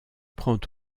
prend